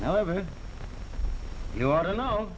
however you want to know